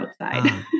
outside